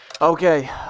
Okay